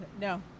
No